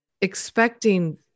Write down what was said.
expecting